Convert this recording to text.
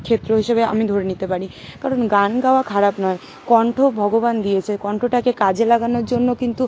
ক্ষেত্র হিসাবে আমি ধরে নিতে পারি কারণ গান গাওয়া খারাপ নয় কণ্ঠ ভগবান দিয়েছে কণ্ঠটাকে কাজে লাগানোর জন্য কিন্তু